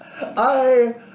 I-